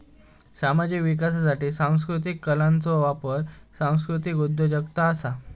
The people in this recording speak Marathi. सामाजिक विकासासाठी सांस्कृतीक कलांचो वापर सांस्कृतीक उद्योजगता असा